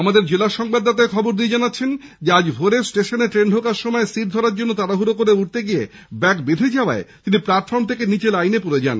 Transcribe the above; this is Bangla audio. আমাদের জেলার সংবাদদাতা এখবর দিয়ে জানাচ্ছেন আজ ভোরে স্টেশনে ট্রেন ঢোকার সময় সিট ধরার জন্য তাড়াহুড়ো করে উঠতে গিয়ে ব্যাগ বেধে যাওয়ায় তিনি প্ল্যাটফর্ম থেকে নীচে লাইনে পড়ে যান